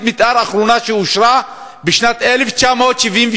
תוכנית המתאר האחרונה אושרה בשנת 1978,